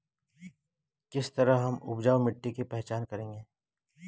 किस तरह हम उपजाऊ मिट्टी की पहचान करेंगे?